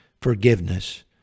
forgiveness